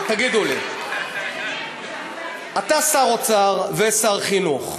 תגידו לי: אתה שר אוצר ושר חינוך.